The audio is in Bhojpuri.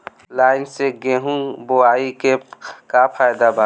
लाईन से गेहूं बोआई के का फायदा बा?